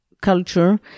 culture